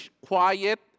quiet